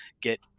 get